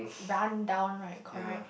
rundown right correct